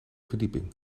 verdieping